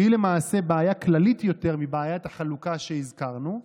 שהיא למעשה בעיה כללית יותר מבעיית החלוקה שהזכרנו,